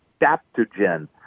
adaptogen